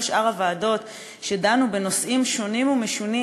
וכל שאר הוועדות שדנו בנושאים שונים ומשונים,